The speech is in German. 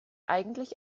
eigentlich